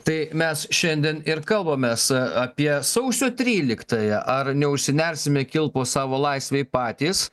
tai mes šiandien ir kalbamės apie sausio tryliktąją ar neužsinersime kilpos savo laisvei patys